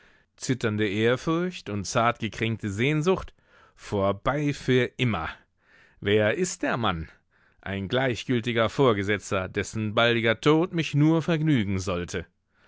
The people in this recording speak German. zitternde ehrfurcht und zart gekränkte sehnsucht vorbei für immer wer ist der mann ein gleichgültiger vorgesetzter dessen baldiger tod mich nur vergnügen sollte